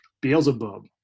Beelzebub